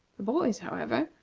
the boys, however,